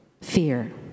fear